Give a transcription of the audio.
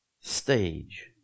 stage